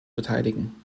beteiligen